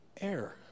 air